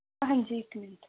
ਹਾਂਜੀ